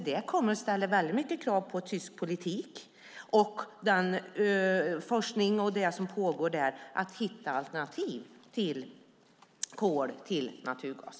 Det kommer att ställa stora krav på tysk politik och den forskning som pågår när det gäller att hitta alternativ till kol och naturgas.